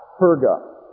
Perga